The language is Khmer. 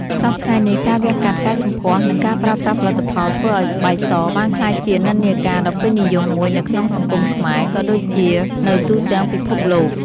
សព្វថ្ងៃនេះ ការវះកាត់កែសម្ផស្ស និងការប្រើប្រាស់ផលិតផលធ្វើឱ្យស្បែកសបានក្លាយជានិន្នាការដ៏ពេញនិយមមួយនៅក្នុងសង្គមខ្មែរ ក៏ដូចជានៅទូទាំងពិភពលោក។